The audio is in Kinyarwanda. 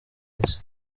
y’isi